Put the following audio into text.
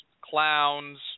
clowns